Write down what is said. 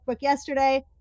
yesterday